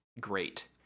great